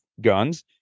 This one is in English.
guns